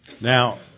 Now